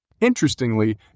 Interestingly